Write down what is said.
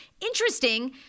Interesting